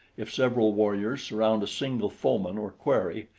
if several warriors surround a single foeman or quarry,